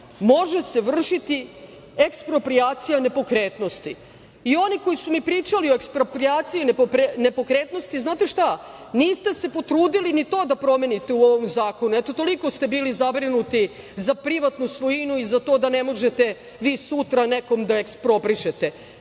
može se vršiti eksproprijacija nepokretnosti. I oni koji su mi pričali o eksproprijaciji nepokretnosti znate šta, niste se potrudili ni to da promenite u ovom zakonu. Eto, toliko ste bili zabrinuti za privatnu svojinu i za to da ne možete vi sutra nekom da ekspropišete.